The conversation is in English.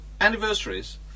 anniversaries